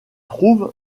trouve